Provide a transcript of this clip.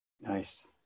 Nice